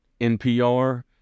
NPR